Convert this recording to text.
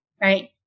right